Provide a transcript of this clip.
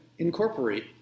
Incorporate